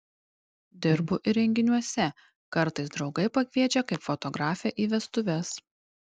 dirbu ir renginiuose kartais draugai pakviečia kaip fotografę į vestuves